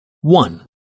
One